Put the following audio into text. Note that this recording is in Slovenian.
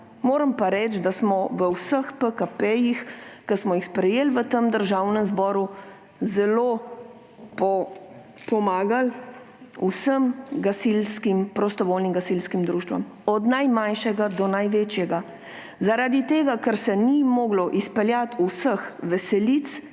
Moram pa reči, da smo v vseh PKP-jih, ki smo jih sprejeli v Državnem zboru, zelo pomagali vsem prostovoljnim gasilskim društvom, od najmanjšega do največjega. Zaradi tega, ker se ni moglo izpeljati vseh veselic,